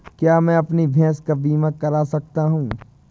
क्या मैं अपनी भैंस का बीमा करवा सकता हूँ?